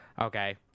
okay